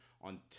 on